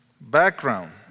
background